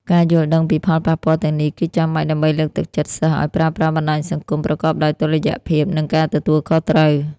ការយល់ដឹងពីផលប៉ះពាល់ទាំងនេះ គឺចាំបាច់ដើម្បីលើកទឹកចិត្តសិស្សឱ្យប្រើប្រាស់បណ្ដាញសង្គមប្រកបដោយតុល្យភាព និងការទទួលខុសត្រូវ។